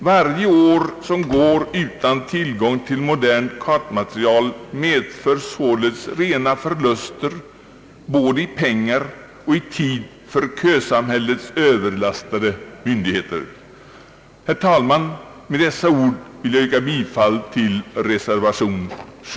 Varje år som går utan tillgång till modernt kartmaterial medför således rena förluster både i pengar och i tid för kösamhällets överbelastade myndigheter. Herr talman! Med dessa ord vill jag yrka bifall till reservationen.